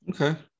Okay